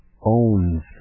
owns